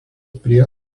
prie